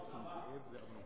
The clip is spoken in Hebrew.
בחוק הבא.